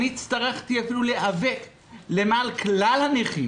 הצטרכתי אפילו להיאבק למען כלל הנכים